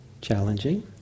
Challenging